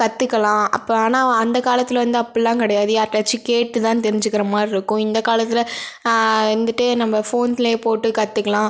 கற்றுக்கலாம் அப்போ ஆனால் அந்தக் காலத்தில் வந்து அப்புடில்லாம் கிடையாது யார்கிட்டையாச்சும் கேட்டு தான் தெரிஞ்சுக்கிற மாரிருக்கும் இந்தக் காலத்தில் வந்துட்டு நம் ஃபோன்ஸில் போட்டு கற்றுக்கலாம்